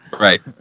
right